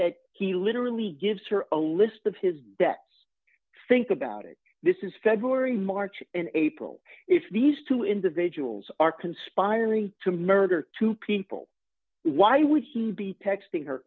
that he literally gives her own list of his debts think about it this is february march and april if these two individuals are conspiring to murder two people why would he be